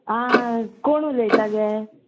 आं कोण उलयता गे